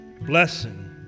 blessing